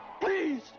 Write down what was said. Please